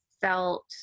felt